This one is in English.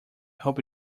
hope